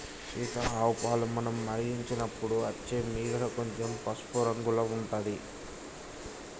సీత ఆవు పాలు మనం మరిగించినపుడు అచ్చే మీగడ కొంచెం పసుపు రంగుల ఉంటది